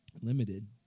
limited